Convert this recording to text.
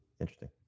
Interesting